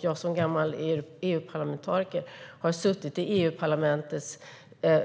Jag som gammal EU-parlamentariker har suttit i EU-parlamentets